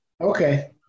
Okay